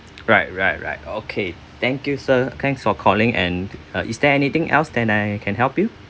right right right okay thank you sir thanks for calling and uh is there anything else that I can help you